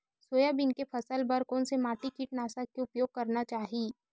Soybean के फसल बर कोन से कीटनाशक के उपयोग करना चाहि?